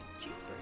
cheeseburger